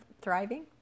thriving